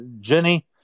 Jenny